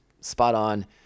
spot-on